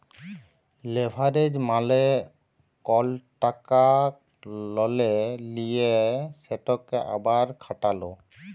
leverage মালে কল টাকা ললে লিঁয়ে সেটকে আবার খাটালো